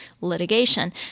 litigation